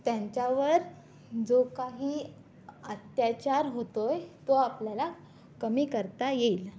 त्यांच्यावर जो काही अत्याचार होतो आहे तो आपल्याला कमी करता येईल